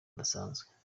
bidasanzwe